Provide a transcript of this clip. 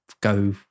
go